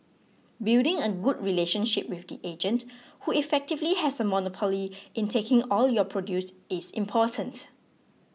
building a good relationship with the agent who effectively has a monopoly in taking all your produce is important